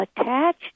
attached